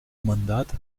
mandat